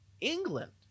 England